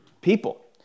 people